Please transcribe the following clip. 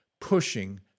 pushing